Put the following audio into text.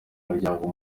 muryango